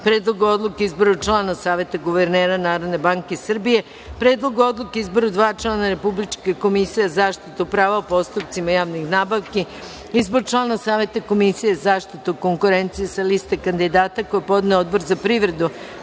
Predlogu odluke o izboru člana Saveta guvernera Narodne banke Srbije, Predlogu odluke o izboru dva člana Republičke komisije za zaštitu prava u postupcima javnih nabavki, Izboru člana Saveta Komisije za zaštitu konkurencije, sa liste kandidata koju je podneo Odbor za privredu,